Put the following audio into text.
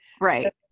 right